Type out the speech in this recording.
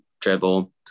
dribble